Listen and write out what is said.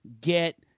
get